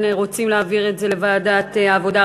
רוצים להעביר את זה לוועדת העבודה,